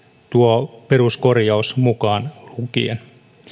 tuo peruskorjaus mukaan lukien